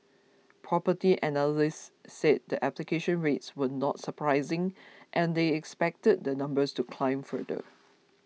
Property Analysts said the application rates were not surprising and they expected the numbers to climb further